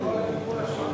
לכל הטיפול השיקומי.